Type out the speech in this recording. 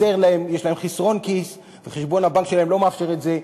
יש אצלם חסרון כיס וחשבון הבנק שלהם לא מאפשר את זה,